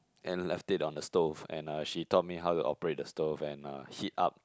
and left it on the stove and uh she taught me how to operate the stove and uh heat up